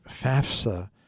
FAFSA